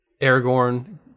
Aragorn